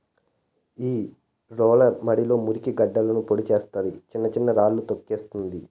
ఈ రోలర్ మడిలో మురికి గడ్డలను పొడి చేస్తాది, చిన్న చిన్న రాళ్ళను తోక్కేస్తుంది